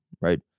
right